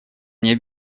мне